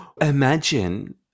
Imagine